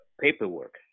paperwork